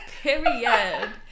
Period